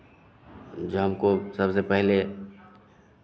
जो हमको सबसे पहले